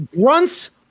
grunts